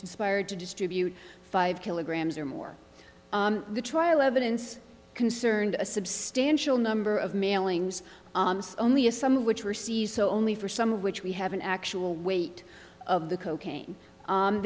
conspired to distribute five kilograms or more the trial evidence concerned a substantial number of mailings only a some of which were seized so only for some of which we have an actual weight of the cocaine